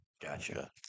Gotcha